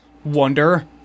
Wonder